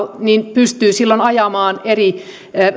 pystyy silloin ajamaan eri